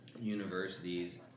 universities